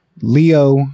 Leo